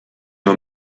nur